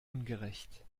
ungerecht